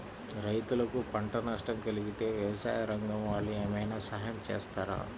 రైతులకు పంట నష్టం కలిగితే వ్యవసాయ రంగం వాళ్ళు ఏమైనా సహాయం చేస్తారా?